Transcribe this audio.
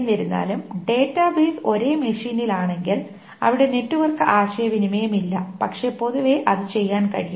എന്നിരുന്നാലും ഡാറ്റാബേസ് ഒരേ മെഷീനിലാണെങ്കിൽ അവിടെ നെറ്റ്വർക്ക് ആശയവിനിമയമില്ല പക്ഷേ പൊതുവേ അത് ചെയ്യാൻ കഴിയും